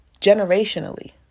generationally